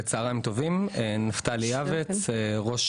צהריים טובים, אני נפתלי יעבץ, ראש